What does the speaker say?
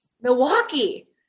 Milwaukee